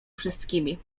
wszystkimi